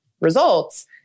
results